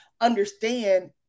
understand